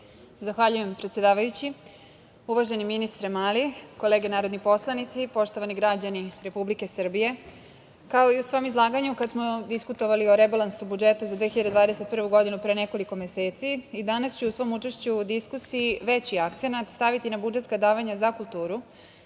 Zahvaljujem. Uvaženi ministre Mali, kolege narodni poslanici, poštovani građani Republike Srbije, kao i u svom izlaganju kad smo diskutovali o rebalansu budžeta za 2021. godinu pre nekoliko meseci, i danas ću u svom učešću u diskusiji veći akcenat staviti na budžetska davanja za kulturu,